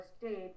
state